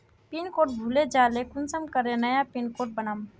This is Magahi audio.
पिन कोड भूले जाले कुंसम करे नया पिन कोड बनाम?